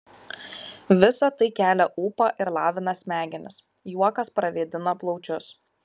visa tai kelia ūpą ir lavina smegenis juokas pravėdina plaučius